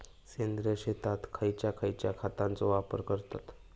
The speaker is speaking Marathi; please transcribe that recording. सेंद्रिय शेतात खयच्या खयच्या खतांचो वापर करतत?